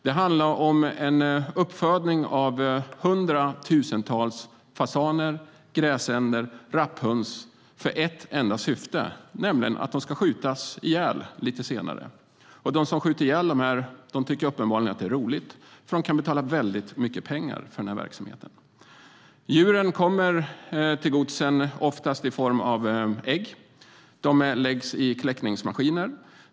Det handlar om uppfödning av hundratusentals fasaner, gräsänder och rapphöns för ett enda syfte, nämligen att de ska skjutas ihjäl lite senare. Och de som skjuter ihjäl de här djuren tycker uppenbarligen att det är roligt, för de kan betala väldigt mycket pengar för den här verksamheten. Djuren kommer till godsen oftast i form av ägg. De läggs i kläckningsmaskiner.